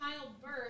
childbirth